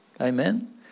Amen